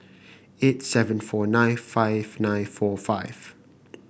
eight seven four nine five nine four five